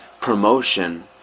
promotion